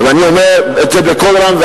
ואני אומר את זה בקול רם,